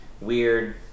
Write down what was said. weird